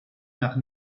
nach